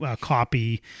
copy